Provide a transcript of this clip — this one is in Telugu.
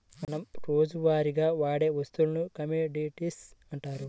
మనం రోజువారీగా వాడే వస్తువులను కమోడిటీస్ అంటారు